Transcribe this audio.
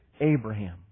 Abraham